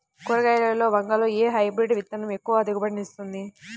కూరగాయలలో వంగలో ఏ హైబ్రిడ్ విత్తనం ఎక్కువ దిగుబడిని ఇస్తుంది?